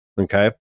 Okay